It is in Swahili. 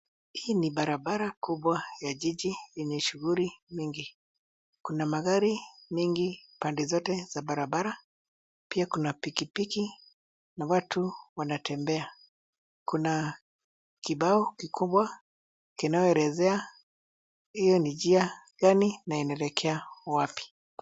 Hii ni barabara kubwa ya jiji yenye shughuli miingi kuna magari mingi pande zote za barabara pia kuna piki piki na watu wanatembea kuna kibao kikubwa kinayoelezea hiyo ni njia gani na inaelekea wapi.